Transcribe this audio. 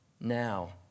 now